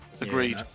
Agreed